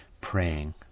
praying